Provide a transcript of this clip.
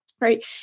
right